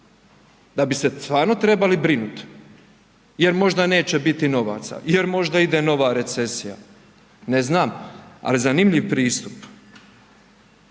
da bi se stvarno trebali brinuti jer možda neće biti novaca, jer možda ide nova recesija? Ne znam, ali zanimljiv pristup.